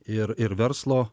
ir ir verslo